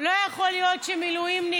לא יכול להיות שמילואימניק